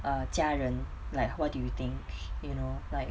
err 家人 like what do you think you know like